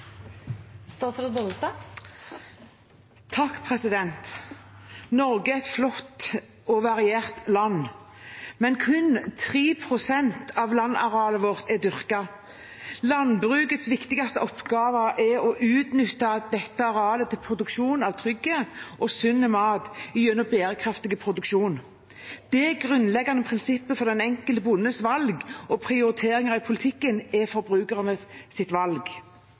et flott og variert land. Men kun 3 pst. av landarealet vårt er dyrket. Landbrukets viktigste oppgave er å utnytte dette arealet til produksjon av trygg og sunn mat gjennom bærekraftig produksjon. Det grunnleggende prinsippet for den enkelte bondes valg og prioriteringer i politikken er forbrukernes valg.